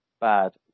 bad